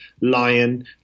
lion